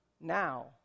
now